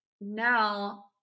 now